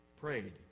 Prayed